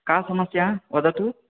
का समस्या वदतु